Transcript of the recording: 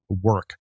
work